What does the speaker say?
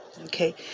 Okay